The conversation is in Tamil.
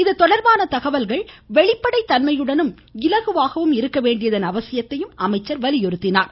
இதுதொடர்பான தகவல்கள் வெளிப்படைத்தன்மையுடனும் இலகுவாகவும் இருக்க வேண்டியதன் அவசியத்தை அவர் வலியுறுத்தினார்